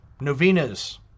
Novenas